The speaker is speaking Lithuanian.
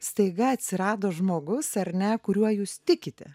staiga atsirado žmogus ar ne kuriuo jūs tikite